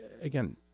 Again